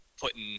putting